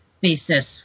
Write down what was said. basis